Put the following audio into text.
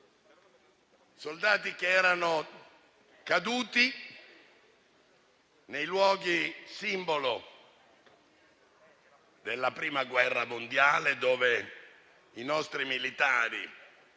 soldati caduti nei luoghi simbolo nella Prima guerra mondiale, dove i nostri militari,